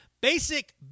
basic